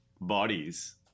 bodies